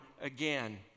again